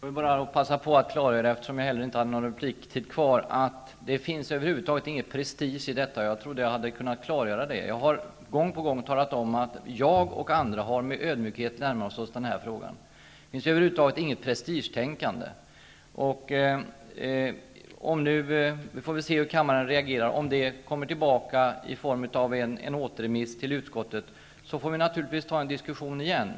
Jag hade inte heller någon repliktid kvar, men jag vill passa på och klargöra att det över huvud taget inte finns någon prestige i detta. Jag har gång på gång talat om att jag och andra med ödmjukhet har närmat oss den här frågan. Vi får se hur kammaren reagerar och om ärendet kommer tillbaka till utskottet i form av en återremiss. I så fall får vi naturligtvis ta upp en ny diskussion.